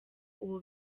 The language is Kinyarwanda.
ubu